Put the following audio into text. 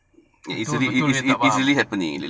betul-betul punya tak faham